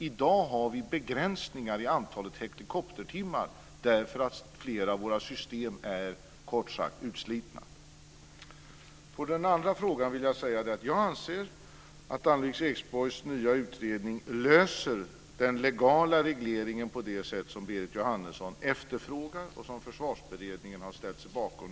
I dag har vi begränsningar i antalet helikoptertimmar eftersom flera av våra system kort sagt är utslitna. På den andra frågan vill jag svara att jag anser att Ann-Louise Ekborgs nya utredning löser den legala regleringen på det sätt som Berit Jóhannesson efterfrågar och som Försvarsberedningen har ställt sig bakom.